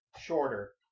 shorter